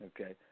Okay